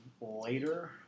later